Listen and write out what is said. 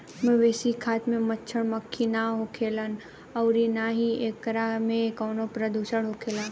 मवेशी खाद में मच्छड़, मक्खी ना होखेलन अउरी ना ही एकरा में कवनो प्रदुषण होखेला